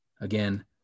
again